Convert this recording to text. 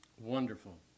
wonderful